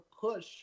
push